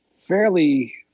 fairly